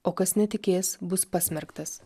o kas netikės bus pasmerktas